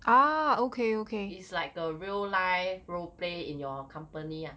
it's like a real life role play in your company ah